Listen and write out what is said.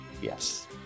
Yes